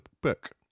book